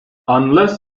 unless